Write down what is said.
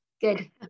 Good